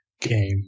game